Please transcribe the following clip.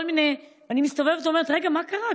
ואני מסתובבת ואומרת: רגע, מה קרה?